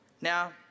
Now